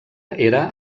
era